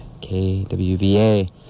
KWVA